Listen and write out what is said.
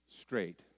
straight